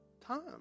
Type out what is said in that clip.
time